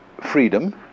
freedom